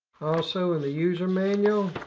also in the user manual,